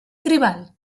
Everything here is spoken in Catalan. tribal